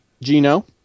Gino